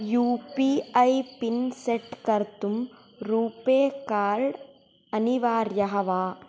U P I PIN set कर्तुं RuPay card अनिवार्यः वा